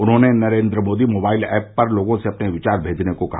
उन्होंने Narendra Modi mobile app पर लोगों से अपने विचार भेजने को कहा